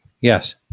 Yes